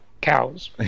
Cows